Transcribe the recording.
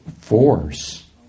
force